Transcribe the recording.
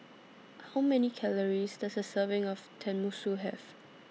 How Many Calories Does A Serving of Tenmusu Have